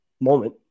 moment